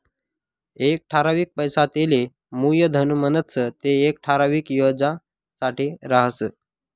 एक ठरावीक पैसा तेले मुयधन म्हणतंस ते येक ठराविक याजसाठे राहस